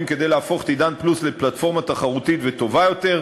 כדי להפוך את "עידן פלוס" לפלטפורמה תחרותית וטובה יותר.